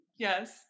Yes